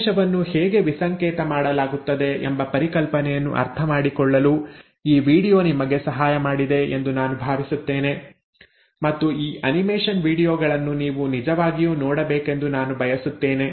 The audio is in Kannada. ಸಂದೇಶವನ್ನು ಹೇಗೆ ವಿಸಂಕೇತ ಮಾಡಲಾಗುತ್ತದೆ ಎಂಬ ಪರಿಕಲ್ಪನೆಯನ್ನು ಅರ್ಥಮಾಡಿಕೊಳ್ಳಲು ಈ ವೀಡಿಯೊ ನಿಮಗೆ ಸಹಾಯ ಮಾಡಿದೆ ಎಂದು ನಾನು ಭಾವಿಸುತ್ತೇನೆ ಮತ್ತು ಈ ಅನಿಮೇಷನ್ ವೀಡಿಯೊಗಳನ್ನು ನೀವು ನಿಜವಾಗಿಯೂ ನೋಡಬೇಕೆಂದು ನಾನು ಬಯಸುತ್ತೇನೆ